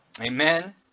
amen